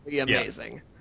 amazing